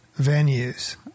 venues